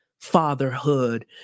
fatherhood